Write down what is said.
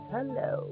Hello